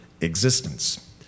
existence